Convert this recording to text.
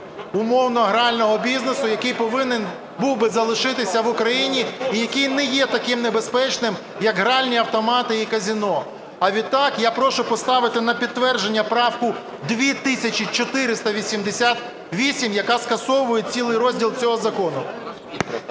умовно, грального бізнесу, який повинен був би залишитися в Україні і який не є таким небезпечним, як гральні автомати і казино. А відтак я прошу поставити на підтвердження правку 2488, яка скасовує цілий розділ цього закону.